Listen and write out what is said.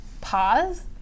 Pause